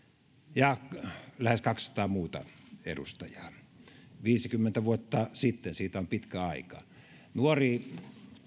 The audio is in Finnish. ja lähes kaksisataa muuta edustajaa viisikymmentä vuotta sitten siitä on pitkä aika nuori